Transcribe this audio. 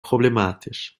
problematisch